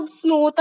snow